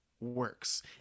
works